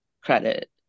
credit